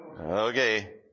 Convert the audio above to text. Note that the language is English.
Okay